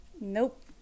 Nope